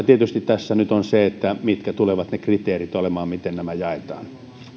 tietysti tässä nyt on se mitkä tulevat ne kriteerit olemaan miten nämä jaetaan